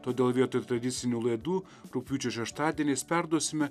todėl vietoj tradicinių laidų rugpjūčio šeštadieniais perduosime